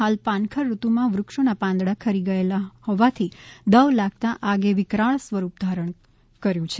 હાલ પાનખર ઋતુમાં વૃક્ષોના પાંદડા ખરી ગયેલા હોવાથી દવ લાગતા આગે વિકરાળ સ્વરૂપ ધારણ કર્યું છે